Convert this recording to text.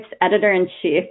Editor-in-Chief